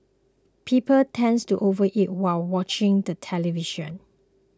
people tends to overeat while watching the television